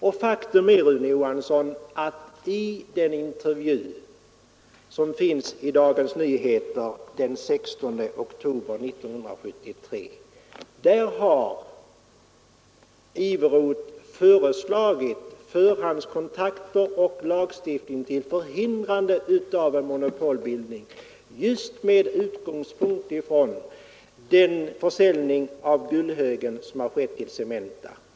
Och faktum är, Rune Johansson, att i den intervju som finns i Dagens Nyheter den 16 oktober 1973 har Iveroth föreslagit förhandskontakter och lagstiftning till förhindrande av en monopolbildning just med utgångspunkt i den försäljning av Gullhögen som skedde till Cementa.